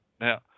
now